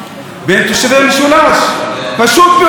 בין תושבי המשולש, פשוט מאוד.